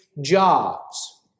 jobs